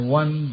one